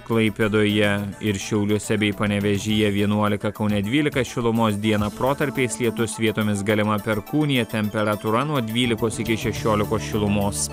klaipėdoje ir šiauliuose bei panevėžyje vienuolika kaune dvylika šilumos dieną protarpiais lietus vietomis galima perkūnija temperatūra nuo dvylikos iki šešiolikos šilumos